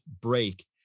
break